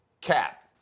cap